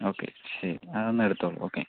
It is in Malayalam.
ഓക്കേ ശരി അതൊന്ന് എടുത്തോളൂ ഓക്കേ